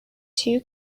two